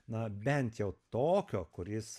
na bent jau tokio kuris